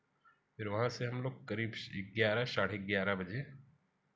फिर वहाँ से हम लोग करीब ग्यारह साढ़े ग्यारह बजे